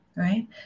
Right